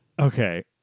Okay